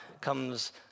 comes